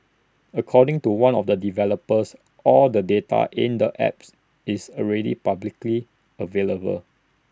according to one of the developers all the data in the apps is already publicly available